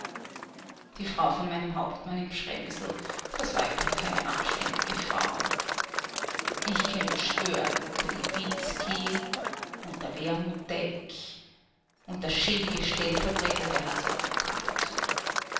die frau von meinem hauptmann in przemysl das war ja doch keine anständige frau ich könnt schwören der libitzky und der wermutek und der schäbige stellvertreter der hat sie auch g'habt